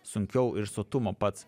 sunkiau ir sotumo pats